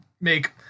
make